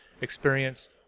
experience